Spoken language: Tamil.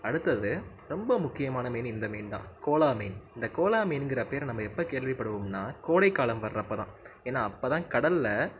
அடுத்தது ரொம்ப முக்கியமான மீன் இந்த மீன் தான் கோலா மீன் இந்த கோலா மீனுங்கிற பேரை நம்ம எப்போ கேள்விப்படுவோம்னால் கோடைக்காலம் வர்றப்ப தான் ஏன்னா அப்போ தான் கடல்ல